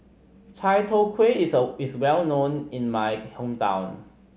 Chai Tow Kuay is is well known in my hometown